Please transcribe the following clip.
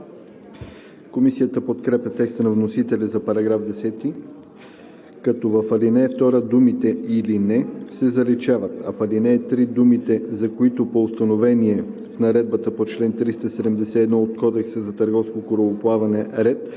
Комисията подкрепя текста на вносителя за § 10, като в ал. 2 думите „или не“ се заличават, а в ал. 3 думите „за който по установения в наредбата по чл. 371 от Кодекса на търговското корабоплаване ред